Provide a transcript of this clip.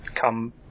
come